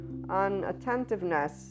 unattentiveness